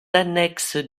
annexes